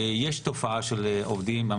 יש תופעה של עובדים שעות רבות,